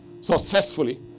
successfully